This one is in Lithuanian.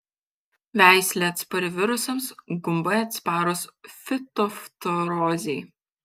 veislė atspari virusams gumbai atsparūs fitoftorozei